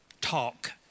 talk